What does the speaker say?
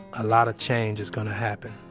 a lot of change is gonna happen.